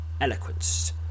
eloquence